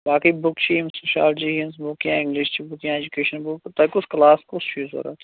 باقی بُک چھِ یِم چھِ سوشالجی ہِنز بُک یا اِنٛگلِش چھِ بُک یا ایجوکیشَن بُک تۄہہِ کُس کٕلاس کُس چھُ یہِ ضوٚرَتھ